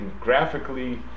graphically